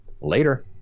Later